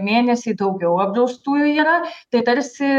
mėnesį daugiau apdraustųjų yra tai tarsi